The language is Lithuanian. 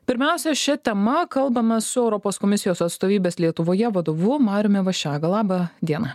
pirmiausia šia tema kalbame su europos komisijos atstovybės lietuvoje vadovu mariumi vašega laba diena